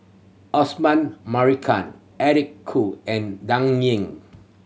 Osman Merican Eric Khoo and Dan Ying